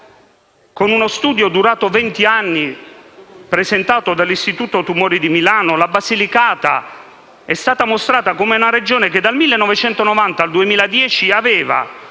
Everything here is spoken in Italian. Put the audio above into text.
a uno studio durato vent'anni, presentato dall'Istituto tumori di Milano, la Basilicata è risultata come una Regione che, dal 1990 al 2010, ha